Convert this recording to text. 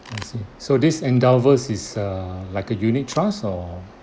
I see so this endowus is err like a unit trust or